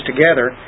together